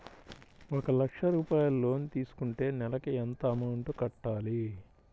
ఒక లక్ష రూపాయిలు లోన్ తీసుకుంటే నెలకి ఎంత అమౌంట్ కట్టాలి?